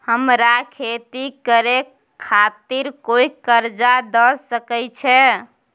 हमरा खेती करे खातिर कोय कर्जा द सकय छै?